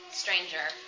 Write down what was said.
stranger